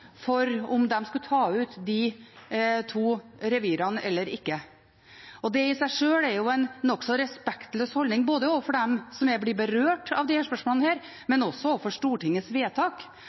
for om de skulle ta ut de to revirene eller ikke. Det i seg sjøl er jo en nokså respektløs holdning, både overfor dem som er blitt berørt av disse spørsmålene, og overfor Stortingets vedtak. Det er ingen drøfting av Stortingets vedtak